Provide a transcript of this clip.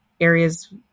areas